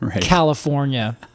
California